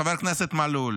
חבר הכנסת מלול,